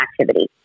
activity